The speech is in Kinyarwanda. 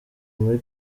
muri